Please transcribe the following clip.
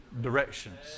directions